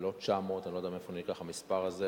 ולא 900 אני לא יודע מאיפה נלקח המספר הזה,